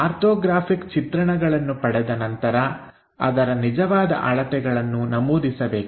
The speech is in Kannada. ಆರ್ಥೋಗ್ರಾಫಿಕ್ ಚಿತ್ರಣಗಳನ್ನು ಪಡೆದ ನಂತರ ಅದರ ನಿಜವಾದ ಅಳತೆಗಳನ್ನು ನಮೂದಿಸಬೇಕು